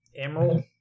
Emerald